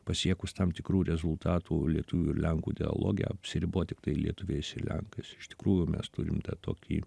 pasiekus tam tikrų rezultatų lietuvių ir lenkų dialoge apsiribot tiktai lietuviais lenkais iš tikrųjų mes turim tą tokį